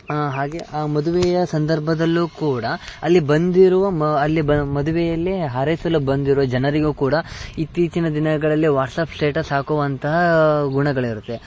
ಹಾಗೆ ಆ ಮದುವೆಯ ಸಂದರ್ಭದಲ್ಲೂ ಕೂಡ ಅಲ್ಲಿ ಬಂದಿರುವ ಮ ಅಲ್ಲಿ ಬ ಮದುವೆಯಲ್ಲಿ ಹಾರೈಸಲು ಬಂದಿರುವ ಜನರಿಗೂ ಕೂಡ ಇತ್ತೀಚಿನ ದಿನಗಳಲ್ಲಿ ವಾಟ್ಸಾಪ್ ಸ್ಟೇಟಸ್ ಹಾಕುವಂತಹ ಗುಣಗಳಿರುತ್ತೆ